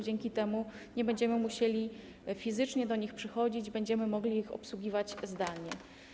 Dzięki temu nie będziemy musieli fizycznie do nich przychodzić, będziemy mogli ich obsługiwać zdalnie.